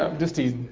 um just teasing